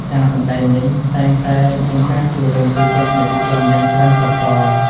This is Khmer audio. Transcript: ការសម្តែងនេះតែងតែមានការចូលរួមពីទស្សនិកជនយ៉ាងច្រើនកុះករ។